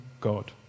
God